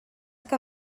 que